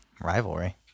Rivalry